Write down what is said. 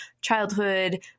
childhood